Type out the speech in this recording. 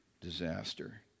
disaster